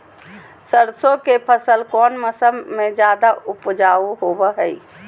सरसों के फसल कौन मौसम में ज्यादा उपजाऊ होबो हय?